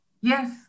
Yes